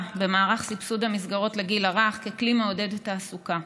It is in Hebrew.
במערך סבסוד המסגרות לגיל הרך ככלי מעודד תעסוקה.